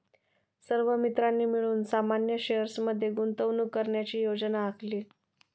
सर्व मित्रांनी मिळून सामान्य शेअर्स मध्ये गुंतवणूक करण्याची योजना आखली